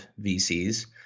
VCs